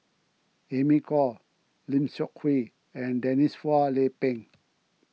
Amy Khor Lim Seok Hui and Denise Phua Lay Peng